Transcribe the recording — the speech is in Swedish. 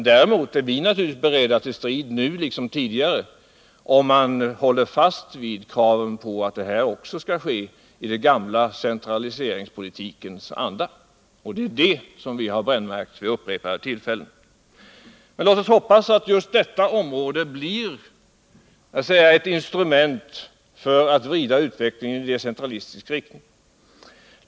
Däremot är vi naturligtvis nu liksom tidigare beredda till strid, om man håller fast vid kravet på att även detta skall ske i den gamla centraliseringspolitikens anda. Det har vi brännmärkt vid upprepade tillfällen. Låt oss hoppas att just detta område blir ett instrument för att vrida utvecklingen i decentralistisk riktning.